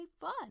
fun